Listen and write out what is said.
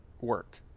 work